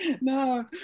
No